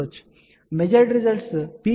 కాబట్టి measured results peak gain 24